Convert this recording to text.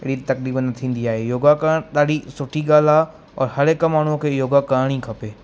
अहिड़ी तकलीफ़ न थींदी आहे योगा करणु डाढी सुठी ॻाल्हि आहे औरि हर हिकु माण्हूअ खे योगा करणु ई खपे